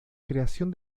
creación